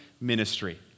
ministry